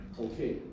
Okay